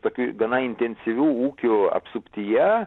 tokių gana intensyvių ūkių apsuptyje